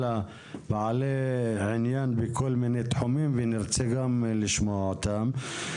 אלא בעלי עניין בכל מיני תחומים ונרצה גם לשמוע אותם.